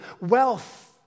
Wealth